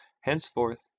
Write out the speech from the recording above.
henceforth